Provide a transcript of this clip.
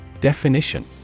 Definition